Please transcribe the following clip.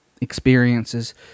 experiences